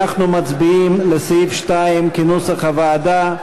אנחנו מצביעים על סעיף 2, כנוסח הוועדה.